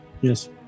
yes